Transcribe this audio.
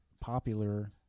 popular